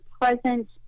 present